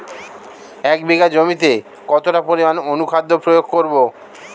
এক বিঘা জমিতে কতটা পরিমাণ অনুখাদ্য প্রয়োগ করব?